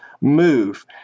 move